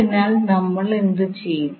അതിനാൽ നമ്മൾ എന്തു ചെയ്യും